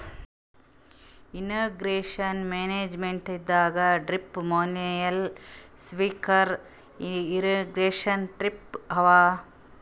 irrigation ಮ್ಯಾನೇಜ್ಮೆಂಟದಾಗ್ drip manual sprinkler irrigation type ಅವ